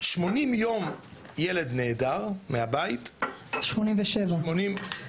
שמונים יום ילד נעדר מהבית --- שמונים ושבעה.